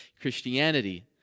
Christianity